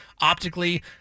optically